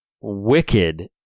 wicked